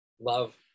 love